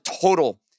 total